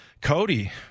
Cody